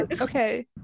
Okay